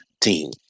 team